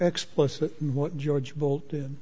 explicit george bolted in